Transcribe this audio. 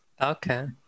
okay